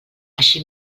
així